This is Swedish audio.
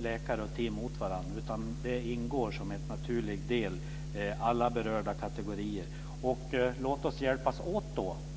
läkare och team mot varandra, utan alla berörda kategorier ingår som en naturlig del.